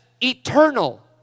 eternal